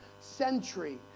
century